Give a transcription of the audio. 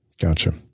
gotcha